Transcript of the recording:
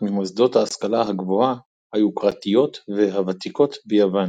ממוסדות ההשכלה הגבוהה היוקרתיות והוותיקות ביוון.